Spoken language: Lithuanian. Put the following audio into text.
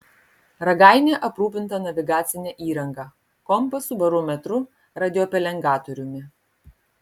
ragainė aprūpinta navigacine įranga kompasu barometru radiopelengatoriumi